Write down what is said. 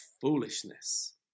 foolishness